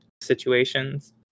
situations